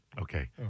okay